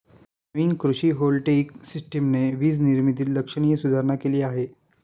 नवीन कृषी व्होल्टेइक सिस्टमने वीज निर्मितीत लक्षणीय सुधारणा केली आहे